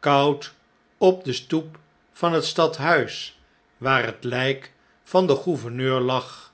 koud op de stoep van het stadhuis waar het ljjk van den gouverneur lag